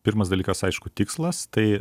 pirmas dalykas aišku tikslas tai